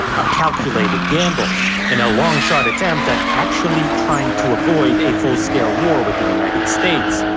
a calculated gamble and a long shot attempt at actually trying to avoid a full-scale war with the united states.